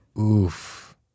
Oof